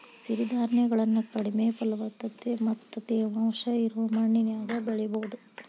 ಸಿರಿಧಾನ್ಯಗಳನ್ನ ಕಡಿಮೆ ಫಲವತ್ತತೆ ಮತ್ತ ತೇವಾಂಶ ಇರೋ ಮಣ್ಣಿನ್ಯಾಗು ಬೆಳಿಬೊದು